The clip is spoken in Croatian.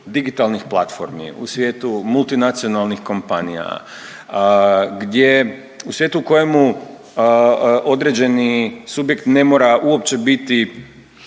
digitalnih platformi, u svijetu multinacionalnih kompanija gdje, u svijetu u kojemu određeni subjekt ne mora uopće biti